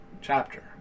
chapter